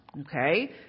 okay